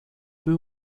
peu